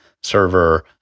server